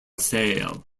sale